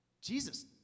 Jesus